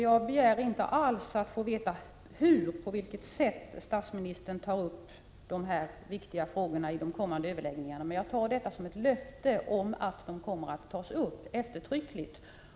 Jag begär inte alls att få veta hur och på vilket sätt statsministern tar upp dessa viktiga frågor i de kommande överläggningarna, men jag tar statsministerns uttalande som ett löfte om att frågorna kommer att tas upp eftertryckligt.